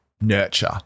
nurture